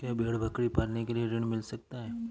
क्या भेड़ बकरी पालने के लिए ऋण मिल सकता है?